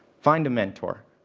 find a mentor,